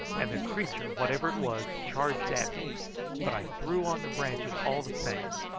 and the creature, whatever it was, charged at me but i threw on the branches all the same,